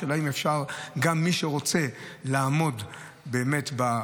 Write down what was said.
השאלה אם גם מי שרוצה לעמוד בחוק,